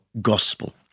gospel